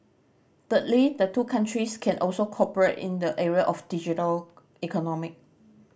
thirdly the two countries can also cooperate in the area of the digital economy